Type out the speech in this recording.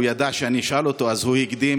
הוא ידע שאני אשאל אותו אז הוא הקדים